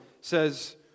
says